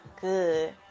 Good